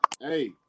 hey